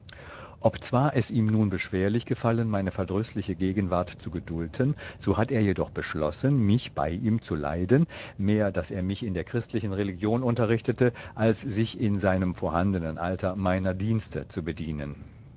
obzwar nun es ihm beschwerlich gefallen meine verdrüßliche gegenwart zu gedulten so hat er jedoch beschlossen mich bei ihm zu leiden mehr daß er mich in der christlichen religion unterrichtete als sich in seinem vorhandenen alter meiner dienste zu bedienen